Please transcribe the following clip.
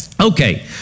Okay